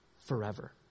forever